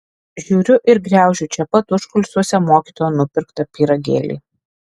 žiūriu ir graužiu čia pat užkulisiuose mokytojo nupirktą pyragėlį